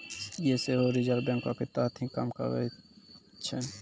यें सेहो रिजर्व बैंको के तहत ही काम करै छै